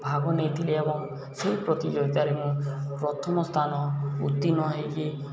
ଭାଗ ନେଇଥିଲି ଏବଂ ସେଇ ପ୍ରତିଯୋଗିତାରେ ମୁଁ ପ୍ରଥମ ସ୍ଥାନ ଉତ୍ତୀର୍ଣ୍ଣ ହୋଇକି